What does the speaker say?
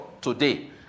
today